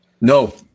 No